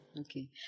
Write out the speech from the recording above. Okay